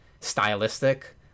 stylistic